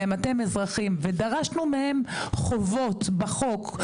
בעוד כמה שנים לא יהיה גם חוק השבות.